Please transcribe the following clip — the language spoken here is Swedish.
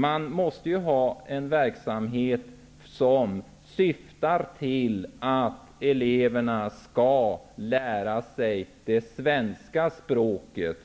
Man måste ha en verksamhet som syftar till att eleverna skall lära sig det svenska språket.